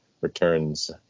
returns